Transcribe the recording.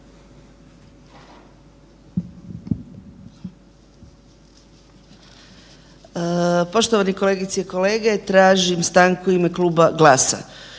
Poštovane kolegice i kolege. Tražim stanku u ime kluba GLAS-a.